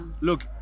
Look